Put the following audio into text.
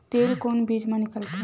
तेल कोन बीज मा निकलथे?